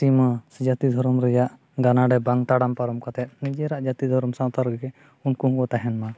ᱥᱤᱢᱟᱹ ᱥᱮ ᱡᱟᱛᱤ ᱫᱷᱚᱨᱚᱢ ᱨᱮᱭᱟᱜ ᱜᱟᱱᱟᱰᱤ ᱵᱟᱝ ᱛᱟᱲᱟᱢ ᱯᱟᱨᱚᱢ ᱠᱟᱛᱮᱫ ᱱᱤᱡᱮᱨᱟᱜ ᱡᱟᱛᱤ ᱫᱷᱚᱨᱚᱢ ᱥᱟᱶᱛᱟ ᱨᱮᱜᱮ ᱩᱱᱠᱩ ᱦᱚᱸᱠᱚ ᱛᱟᱦᱮᱱ ᱢᱟ